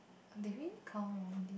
did we count wrongly